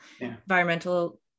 environmental